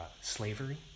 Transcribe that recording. slavery